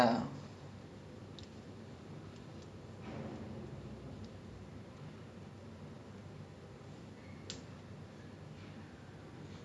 ya but like ya I played the first last of us err last of us two I saw the trailer but I saw the gameplay I heard about the story then I was like nah I'm not buying it ruined the entire story for me